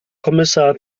kommissar